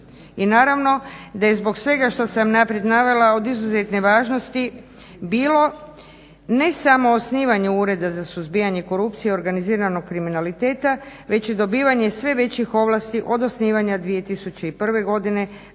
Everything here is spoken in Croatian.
I naravno da je zbog svega što sam naprijed navela od izuzetne važnosti bilo ne samo osnivanje USKOK-a veći dobivanje sve većih ovlasti od osnivanja 2001.godine